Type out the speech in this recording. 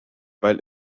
weil